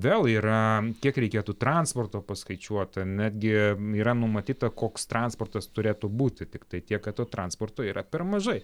vėl yra kiek reikėtų transporto paskaičiuota netgi yra numatyta koks transportas turėtų būti tiktai tiek kad to transporto yra per mažai